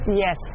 Yes